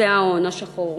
זה ההון השחור.